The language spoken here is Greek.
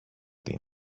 την